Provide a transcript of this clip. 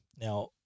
Now